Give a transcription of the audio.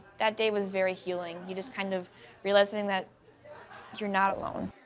that day was very healing. you're just kind of realizing that you're not alone.